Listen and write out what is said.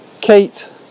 Kate